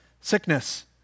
sickness